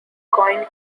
coin